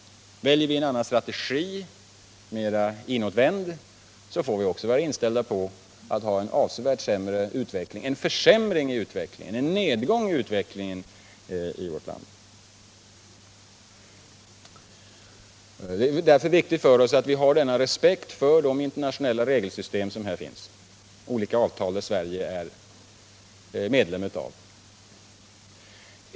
Med en annan och mer inåtvänd strategi får vi också vara inställda på en försämring och nedgång i utvecklingen i vårt land. Det är därför viktigt att vi har denna respekt för det internationella regelsystem med olika avtal som finns och som Sverige anslutit sig till.